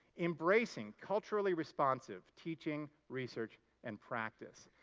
embracing culturally responsive teaching, research and practice.